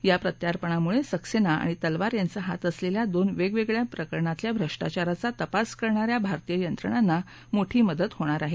या प्रत्यार्पणामुळे सक्सेना आणि तलवार यांचा हात असलेल्या दोन वेगवेगळ्या प्रकरणातल्या भ्रष्टाचाराचा तपास करणा या भारतीय यंत्रणांना मोठी मदत होणार आहे